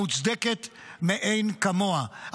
המוצדקת מאין כמוה.